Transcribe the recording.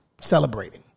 celebrating